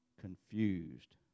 confused